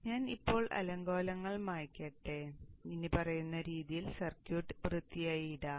അതിനാൽ ഞാൻ ഇപ്പോൾ അലങ്കോലങ്ങൾ മായ്ക്കട്ടെ ഞങ്ങൾ ഇനിപ്പറയുന്ന രീതിയിൽ സർക്യൂട്ട് വൃത്തിയായി ഇടാം